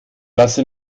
lasse